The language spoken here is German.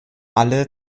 alle